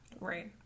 Right